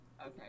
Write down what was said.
Okay